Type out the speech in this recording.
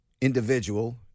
individual